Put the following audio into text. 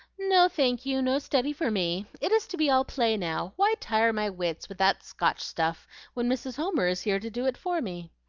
no, thank you no study for me. it is to be all play now. why tire my wits with that scotch stuff when mrs. homer is here to do it for me?